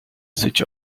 switch